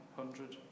hundred